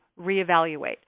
reevaluate